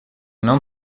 não